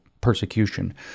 persecution